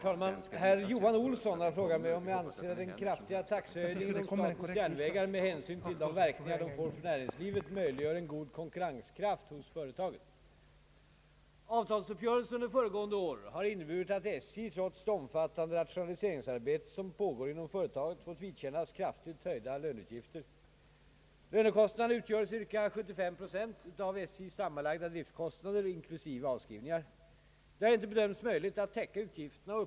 »Anser Herr Statsrådet att den kraftiga taxehöjningen inom statens järnvägar, med hänsyn till de verkningar den får för näringslivet, möjliggör en god konkurrenskraft hos företaget?»; samt